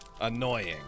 Annoying